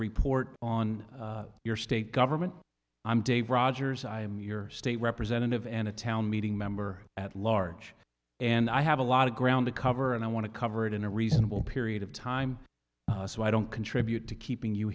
report on your state government i'm dave rogers i am your state representative and a town meeting member at large and i have a lot of ground to cover and i want to cover it in a reasonable period of time so i don't contribute to keeping you